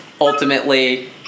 ultimately